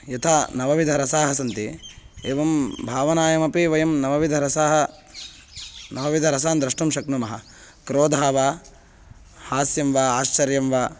यथा नवविधरसाः सन्ति एवं भावनायामपि वयं नवविधरसाः नवविधरसान् द्रष्टुं शक्नुमः क्रोधः वा हास्यं वा आश्चर्यं वा